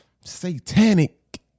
satanic